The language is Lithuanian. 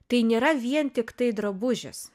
tai nėra vien tiktai drabužis